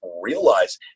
realize